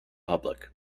public